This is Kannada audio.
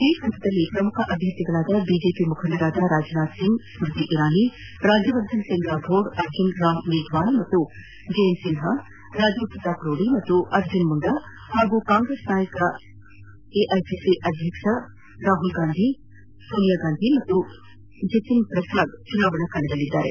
ಈ ಹಂತದಲ್ಲಿ ಪ್ರಮುಖ ಅಭ್ಯರ್ಥಿಗಳಾದ ಬಿಜೆಪಿ ಮುಖಂಡರಾದ ರಾಜನಾಥ್ ಸಿಂಗ್ ಸ್ಟ್ತಿ ಇರಾನಿ ರಾಜ್ಯವರ್ಧನ್ ರಾಥೋಡ್ ಅರ್ಜುನ್ ರಾಮ್ ಮೇಘವಾಲ್ ಮತ್ತು ಜಯಂತ್ ಸಿನ್ಲಾ ರಾಜೀವ್ ಪ್ರತಾಪ್ ರೂದಿ ಮತ್ತು ಅರ್ಜುನ್ ಮುಂಡಾ ಹಾಗೂ ಕಾಂಗ್ರೆಸ್ ನಾಯಕರಾದ ಎಐಸಿಸಿ ಅಧ್ಯಕ್ಷ ರಾಹುಲ್ ಗಾಂಧಿ ಸೋನಿಯಾ ಗಾಂಧಿ ಮತ್ತು ಜಿತಿನ್ ಪ್ರಸಾದ್ ಅವರು ಚುನಾವಣಾ ಕಣದಲ್ಲಿದ್ದಾರೆ